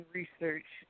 research